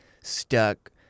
stuck